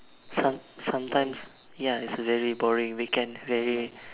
some~ sometimes ya it's a very boring weekend very